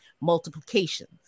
multiplications